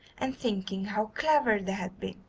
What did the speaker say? and thinking how clever they had been.